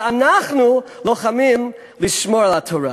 ואנחנו לוחמים לשמור על התורה.